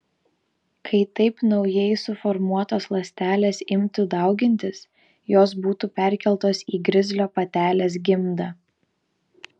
kai taip naujai suformuotos ląstelės imtų daugintis jos būtų perkeltos į grizlio patelės gimdą